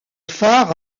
phare